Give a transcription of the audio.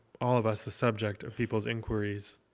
all of us the subject of people's inquiries.